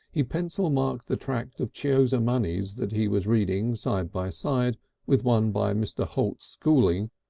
he pencilled-marked the tract of chiozza money's that he was reading side by side with one by mr. holt schooling,